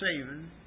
saving